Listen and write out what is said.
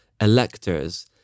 electors